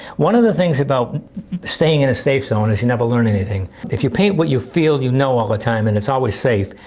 one of the things about staying in a safe zone is you never learn anything. if you paint what you feel you know all the time and it's always safe,